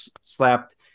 slapped